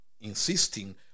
insisting